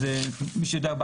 אז למי שלא יודע,